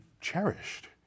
cherished